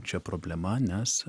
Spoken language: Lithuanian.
čia problema nes